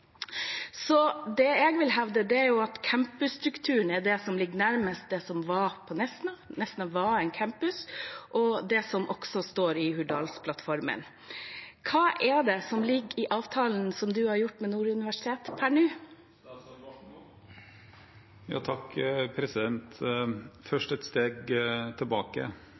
Det jeg vil hevde, er at campusstrukturen er det som ligger nærmest det som var på Nesna – Nesna var en campus – og det som også står i Hurdalsplattformen. Hva er det som ligger i avtalen som statsråden har gjort med Nord universitet per nå?